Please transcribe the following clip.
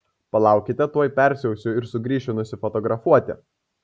palaukite tuoj persiausiu ir sugrįšiu nusifotografuoti